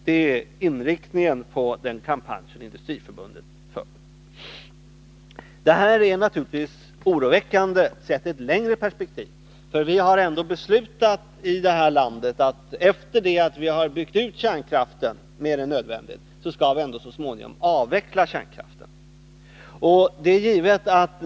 Det är inriktningen på den kampanj som Industriförbundet för. Detta är naturligtvis oroväckande sett i ett längre perspektiv. Vi har i detta land ändå beslutat att vi, efter det att vi har byggt ut kärnkraften mer än nödvändigt, så småningom skall avveckla denna.